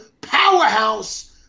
powerhouse